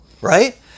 right